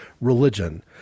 religion